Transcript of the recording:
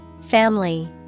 Family